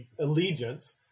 allegiance